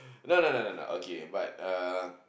no no no no okay but uh